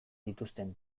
dituzten